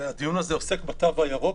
והדיון הזה עוסק בתו הירוק,